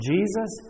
Jesus